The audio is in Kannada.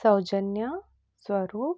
ಸೌಜನ್ಯ ಸ್ವರೂಪ್